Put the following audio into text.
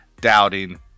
doubting